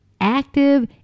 active